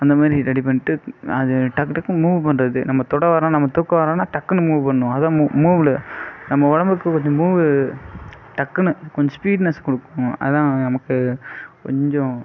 அந்த மாதிரி ரெடி பண்ணிட்டு அது டக்கு டக்குனு மூவ் பண்ணுறது நம்ம தொட வரோம் நம்ம தூக்க வரோம்னா டக்குனு மூவ் பண்ணணும் அதாது மூ மூவ் நம்ம உடம்புக்கு கொஞ்சம் மூவு டக்குனு கொஞ்சம் ஸ்பீட்னெஸ் கொடுக்கும் அதான் நமக்கு கொஞ்சம்